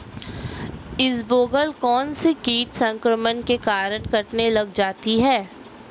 इसबगोल कौनसे कीट संक्रमण के कारण कटने लग जाती है?